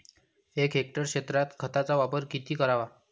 एक हेक्टर क्षेत्रात खताचा वापर किती करावा?